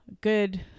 good